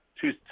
two